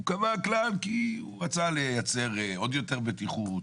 הוא קבע כלל כי הוא רצה לייצר עוד יותר בטיחות,